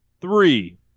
three